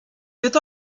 wird